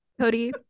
Cody